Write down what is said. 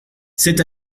c’est